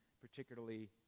particularly